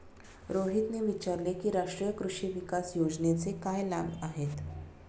रोहितने विचारले की राष्ट्रीय कृषी विकास योजनेचे काय लाभ आहेत?